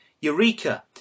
Eureka